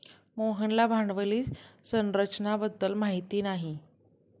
मोहनला भांडवली संरचना बद्दल माहिती नाही